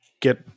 get